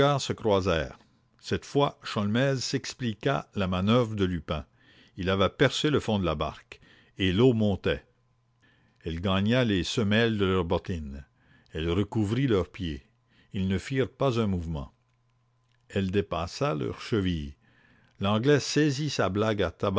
se croisèrent cette fois sholmès s'expliqua la manœuvre de lupin il avait percé le fond de la barque et l'eau montait elle gagna les semelles de leurs bottines elle recouvrit leurs pieds ils ne bougèrent pas elle dépassa leurs chevilles l'anglais saisit sa blague